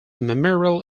memorial